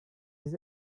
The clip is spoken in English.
his